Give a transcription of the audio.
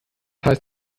heißt